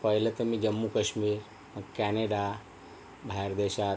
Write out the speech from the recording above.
पहिलं तर मी जम्मू काश्मीर मग कॅनडा बाहेर देशात